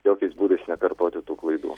jokiais būdais nekartoti tų klaidų